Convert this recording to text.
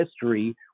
history